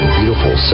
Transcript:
beautiful